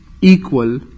equal